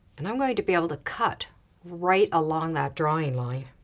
and i'm going to be able to cut right along that drawn line.